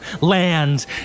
land